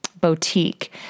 boutique